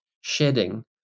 shedding